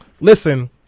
listen